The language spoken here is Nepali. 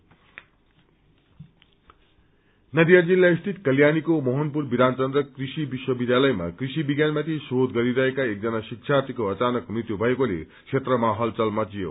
डेय नदिया जिल्लास्थित कल्याणीको मोहनपुर विधान चन्द्र कृषि विश्वविध्यालयमा कृषि विज्ञानमाथि शोध गरिरहेको एकजना शिबार्यीको अचानक मृत्यु भएकोले क्षेत्रमा हड़कम्प मच्चियो